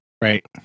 right